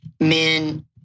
men